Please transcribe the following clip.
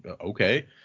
Okay